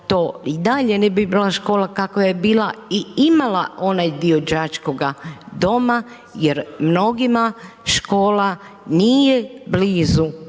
to i dalje ne bi bila škola kakva je bila i imala onaj dio đačkoga doma jer mnogima škola nije blizu